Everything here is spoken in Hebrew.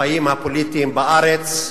בחיים הפוליטיים בארץ.